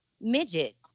midget